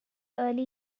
early